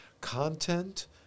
content